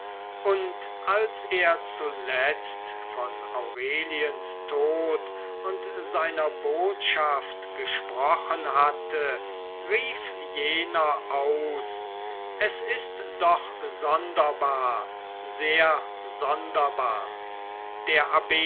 und als er zuletzt von aureliens tod und seiner botschaft gesprochen hatte rief jener aus es ist doch sonderbar sehr sonderbar der